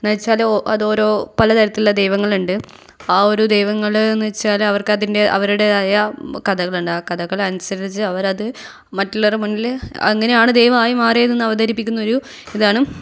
എന്നു വെച്ചാൽ അത് ഓരോ പല തരത്തിലുള്ള ദൈവങ്ങളുണ്ട് ആ ഒരു ദൈവങ്ങളെന്നു വെച്ചാൽ അവർക്കതിൻ്റെ അവരുടേതായ കഥകളുണ്ട് ആ കഥകളനുസരിച്ച് അവരത് മറ്റുള്ളവരുടെ മുന്നിൽ അങ്ങനെയാണ് ദൈവമായി മാറിയത് എന്ന് അവതരിപ്പിക്കുന്നൊരു ഇതാണ്